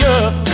up